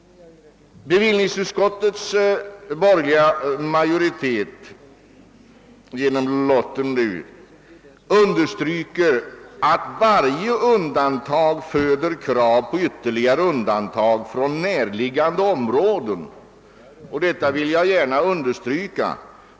Bevillningsutskottets borgerliga lottmajoritet understryker att varje undan tag föder krav på ytterligare undantag på närliggande områden, och detta vill jag gärna understryka.